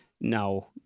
now